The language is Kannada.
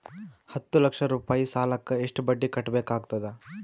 ಹತ್ತ ಲಕ್ಷ ರೂಪಾಯಿ ಸಾಲಕ್ಕ ಎಷ್ಟ ಬಡ್ಡಿ ಕಟ್ಟಬೇಕಾಗತದ?